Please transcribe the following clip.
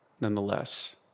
nonetheless